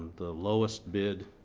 the lowest bid